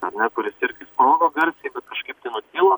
ar ne kuris irgi progo garsai bet kažkaip tai nutilo